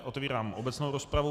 Otevírám obecnou rozpravu.